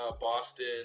Boston